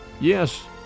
Yes